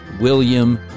William